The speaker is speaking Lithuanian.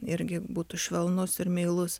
irgi būtų švelnus ir meilus